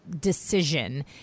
decision